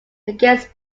against